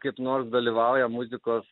kaip nors dalyvauja muzikos